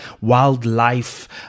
wildlife